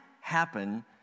happen